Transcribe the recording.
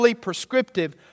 prescriptive